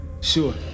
Sure